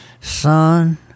son